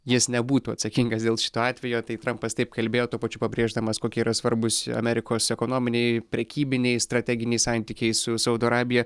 jis nebūtų atsakingas dėl šito atvejo tai trampas taip kalbėjo tuo pačiu pabrėždamas kokie yra svarbūs amerikos ekonominiai prekybiniai strateginiai santykiai su saudo arabija